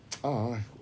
ah